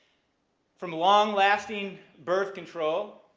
from long-lasting birth control